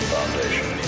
Foundation